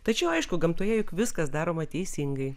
tačiau aišku gamtoje juk viskas daroma teisingai